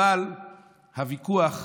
אבל הוויכוח